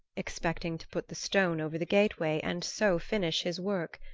expecting to put the stone over the gateway and so finish his work.